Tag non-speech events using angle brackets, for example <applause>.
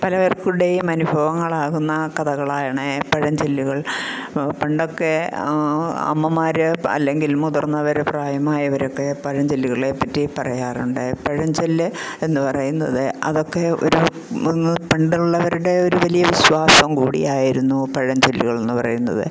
പല <unintelligible> അനുഭവങ്ങളാകുന്ന കഥകളാണ് പഴഞ്ചൊല്ലുകൾ പണ്ടൊക്കെ അമ്മമാർ അല്ലെങ്കിൽ മുതിർന്നവർ പ്രായമായവരൊക്കെ പഴഞ്ചൊല്ലുകളെപ്പറ്റി പറയാറുണ്ട് പഴഞ്ചൊല്ല് എന്നു പറയുന്നത് അതൊക്കെ ഒരു <unintelligible> പണ്ടുള്ളവരുടെ ഒരു വലിയ വിശ്വാസം കൂടി ആയിരുന്നു പഴഞ്ചൊല്ലുകൾ എന്നു പറയുന്നത്